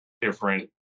different